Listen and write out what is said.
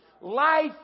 Life